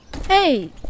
Hey